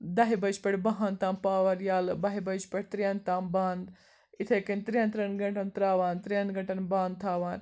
دَہہِ بَجہِ پٮ۪ٹھ باہَن تام پاوَر یَلہٕ بَہہِ بَجہِ پٮ۪ٹھ ترٛیٚن تام بنٛد یِتھَے کٔنۍ ترٛیٚن ترٛیٚن گھنٹَن ترٛاوان ترٛیٚن گھنٹَن بنٛد تھاوان